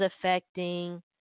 affecting